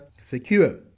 secure